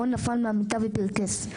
רון נפל מהמיטה ופרכס.